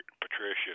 Patricia